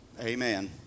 Amen